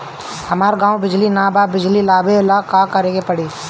हमरा गॉव बिजली न बा बिजली लाबे ला का करे के पड़ी?